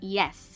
yes